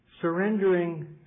surrendering